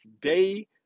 day